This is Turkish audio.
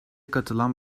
katılan